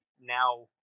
now